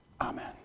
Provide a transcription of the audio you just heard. Amen